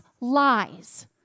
lies